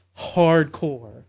hardcore